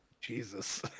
Jesus